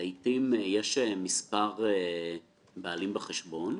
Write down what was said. ולעתים יש מספר בעלים בחשבון,